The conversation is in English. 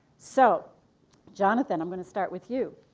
so jonathan, i'm going to start with you.